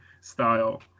style